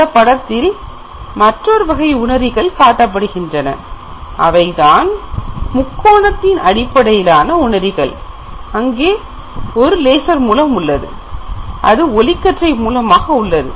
இந்த படத்தில் மற்றொரு வகை உணரிகள் காட்டப்படுகின்றன அவைதான் முக்கோணத்தின் அடிப்படையிலான உணரிகள் அங்கே ஒரு லேசர் மூலம் உள்ளது அது ஒளிக்கற்றை மூலமாக உள்ளது